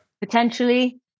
potentially